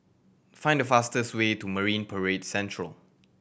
find the fastest way to Marine Parade Central